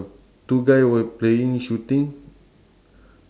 two guy were playing shooting